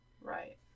right